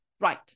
right